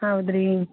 ಹೌದಾ ರೀ